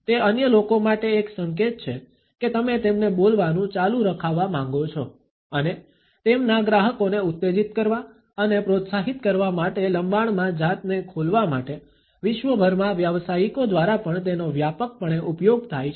તે અન્ય લોકો માટે એક સંકેત છે કે તમે તેમને બોલવાનું ચાલુ રખાવા માંગો છો અને તેમના ગ્રાહકોને ઉત્તેજિત કરવા અને પ્રોત્સાહિત કરવા માટે લંબાણમાં જાતને ખોલવા માટે વિશ્વભરમાં વ્યાવસાયિકો દ્વારા પણ તેનો વ્યાપકપણે ઉપયોગ થાય છે